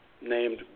Named